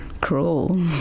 cruel